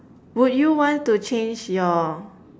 would you want to change your